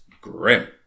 grim